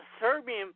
Serbian